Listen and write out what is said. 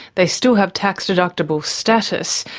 they still have tax deductable status,